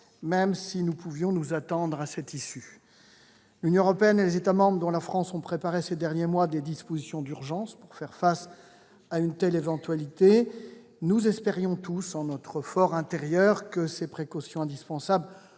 même si nous pouvions nous attendre à cette issue. L'Union européenne et ses États membres, dont la France, ont préparé ces derniers mois des dispositions d'urgence pour faire face à une telle éventualité. Nous espérions tous, en notre for intérieur, que ces précautions indispensables